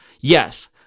yes